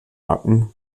akten